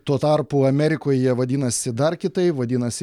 tuo tarpu amerikoj jie vadinasi dar kitaip vadinasi